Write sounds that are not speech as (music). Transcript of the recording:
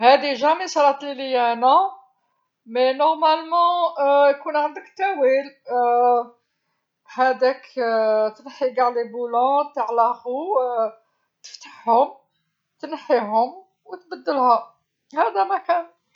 هاذي أبدا صراتلي ليا انا، لكن على الأرجح (hesitation) يكون عندك تاويل، (hesitation) هداك (hesitation) تنحي قاع البراغي تاع العجله، (hesitation) تفتحهم، تنحيهم، وتبدلها، هدا ماكان.